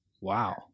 wow